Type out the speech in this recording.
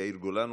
יאיר גולן,